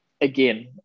again